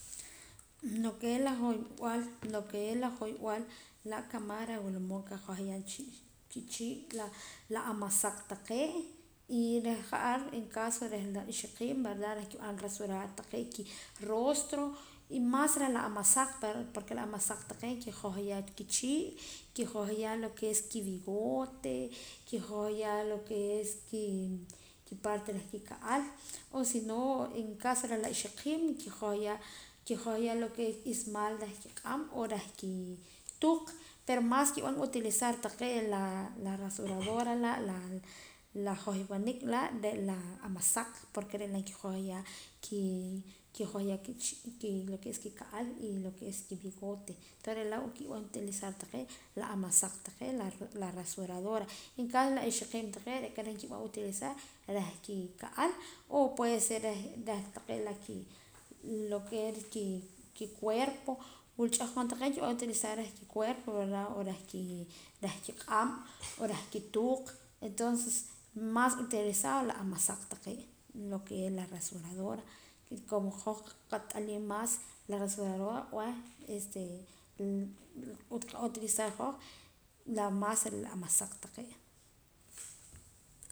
Lo que es la johyb'al lo que es la johyb'al laa' kamaj reh wula mood qajohyaam chi chi la amasaq taqee' y reh ja'ar en caso keh la ixoqiib' verda reh nq'ib'an rasurar kirostro y más reh la amasaq pue porque la amasaq taqee' kijohya kichii' kijoyha lo que es kibigote kiyohya lo que es parte reh kika'al o si no en caso reh la ixoqiib' kijohyaa lo que es kismaal reh qiq'aab' o reh kituq pero más kib'an utilizar taqee' la rasuradora laa' la johyb'anik laa' re' la amasaq porque re' la nkijohyaa ki ki lo que es kika'al lo que es kibigote entonce oontera laa' kib'an utilizar la amasaq taqee' la rasuradora en cambio la ixoqiib' taqee' nkib'an utilizar reh ki ka'al o puede ser lo que es kicuerpo wula ch'akoon cha nkib'an utilizar reh kicuerpo verda o reh kiq'aab' o reh kituq entonces más interesado re' la amasaq taqee' lo que es la rasuradora como hoj qat'aliim más la rasuradora nqab'an utilizar hoj la más amasaq taqee'.